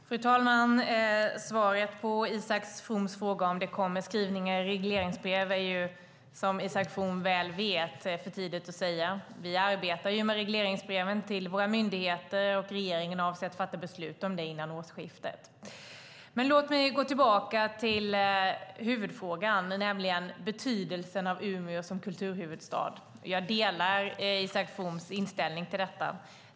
Fru talman! Isak Froms fråga om skrivningar i regleringsbrev är det, som han mycket väl vet, för tidigt att uttala sig om. Vi arbetar ju med regleringsbreven till våra myndigheter, och regeringen avser att fatta beslut före årsskiftet. Låt mig gå tillbaka till huvudfrågan, nämligen betydelsen av Umeå som kulturhuvudstad. Jag delar Isak Froms inställning.